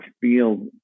feel